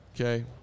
Okay